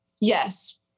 yes